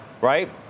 right